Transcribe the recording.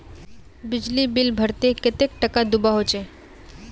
बिजली बिल भरले कतेक टाका दूबा होचे?